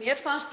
Mér fannst